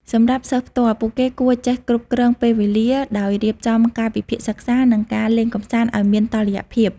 សម្រាប់សិស្សផ្ទាល់ ពួកគេគួរចេះគ្រប់គ្រងពេលវេលា ដោយរៀបចំកាលវិភាគសិក្សា និងការលេងកម្សាន្តឱ្យមានតុល្យភាព។